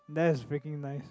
that is fricking nice